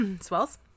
swells